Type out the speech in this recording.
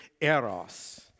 eros